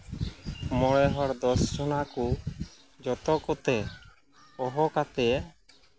ᱢᱚᱬᱮ ᱦᱚᱲ ᱫᱚ ᱫᱚᱥ ᱡᱚᱱᱟ ᱠᱚ ᱡᱚᱛᱚ ᱠᱚᱛᱮ ᱦᱚᱦᱚ ᱠᱟᱛᱮᱫ